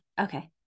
Okay